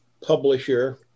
publisher